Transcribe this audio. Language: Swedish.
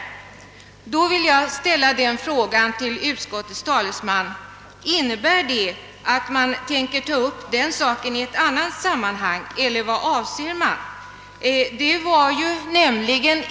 Med anledning därav vill jag ställa följande fråga till utskottets talesman: Innebär det att man tänker ta upp saken i ett annat sammanhang eller vad avser man?